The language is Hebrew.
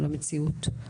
על המציאות?